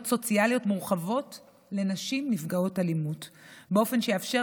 סוציאליות מורחבות לנשים נפגעות אלימות באופן שיאפשר